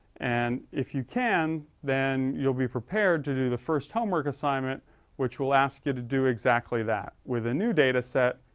and if you can then you'll be prepared to do the first homework assignment which will ask you to do exactly that. with a new data set,